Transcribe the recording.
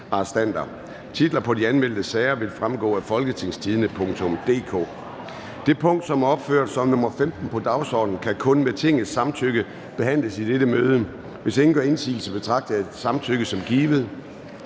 til behandling Formanden (Søren Gade): Det punkt, som er opført som nr. 15 på dagsordenen, kan kun med Tingets samtykke behandles i dette møde. Hvis ingen gør indsigelse, betragter jeg samtykket som givet.